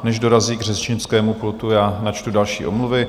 Než dorazí k řečnickému pultu, já načtu další omluvy.